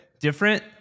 different